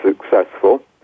successful